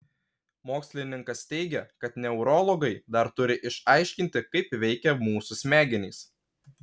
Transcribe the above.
mokslininkas teigia kad neurologai dar turi išaiškinti kaip veikia mūsų smegenys